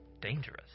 dangerous